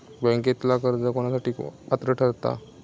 बँकेतला कर्ज कोणासाठी पात्र ठरता?